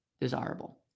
desirable